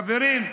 חברים,